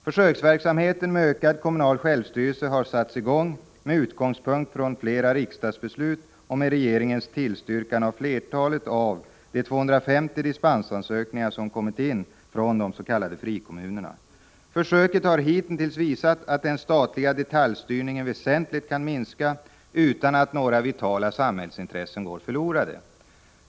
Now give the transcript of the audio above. Försöksverksamheten med ökad kommunal självstyrelse har satts i gång med utgångspunkt i flera riksdagsbeslut och med regeringens tillstyrkan av merparten av de 250 dispensansökningar som kommit in från de s.k. frikommunerna. Försöket har hitintills visat att den statliga detaljstyrningen väsentligt kan minska utan att några vitala samhällsintressen går förlorade.